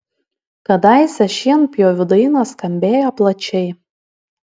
kadaise šienpjovių dainos skambėjo plačiai